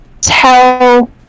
tell